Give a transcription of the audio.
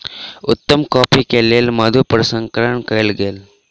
उत्तम कॉफ़ी के लेल मधु प्रसंस्करण कयल गेल